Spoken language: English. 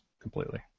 completely